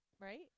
right